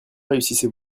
réussissez